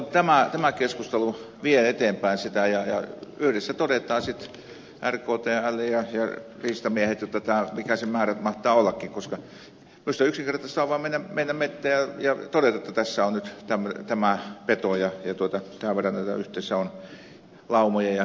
toivon mukaan tämä keskustelu vie eteenpäin sitä ja yhdessä todetaan sitten rktl ja riistamiehet mikä se määrä mahtaa ollakin koska minusta yksinkertaisinta on vaan mennä mettään ja todeta että tässä on nyt tämä peto ja tämän verran yhteensä on laumoja ja yksilöitä